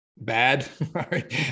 bad